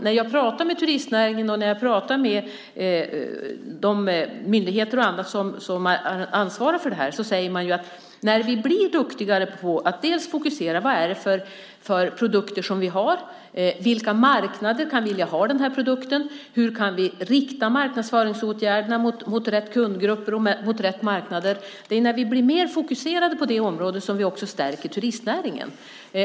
När jag talar med turistnäringen och med de myndigheter och andra som ansvarar för detta så säger man att när man blir duktigare på att fokusera på vilka produkter som man har och vilka marknader som kan vilja ha dessa produkter och hur man kan rikta marknadsföringsåtgärderna till rätt kundgrupper och rätt marknader så stärks också turistnäringen.